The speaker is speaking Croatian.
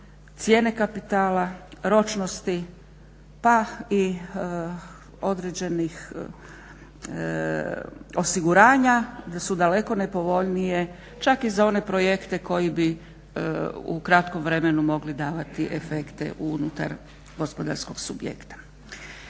cijene kapitala, ročnosti, pa i određenih osiguranja da su daleko nepovoljnije čak i za one projekte koji bi u kratkom vremenu mogli davati efekte unutar gospodarskog subjekta.